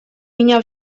меня